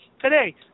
Today